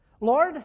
Lord